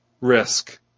risk